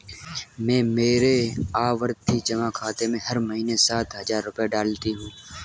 मैं मेरे आवर्ती जमा खाते में हर महीने सात हजार रुपए डालती हूँ